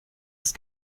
ist